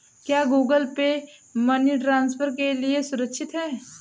क्या Google Pay money transfer के लिए सुरक्षित है?